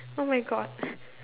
oh-my-God